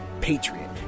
patriot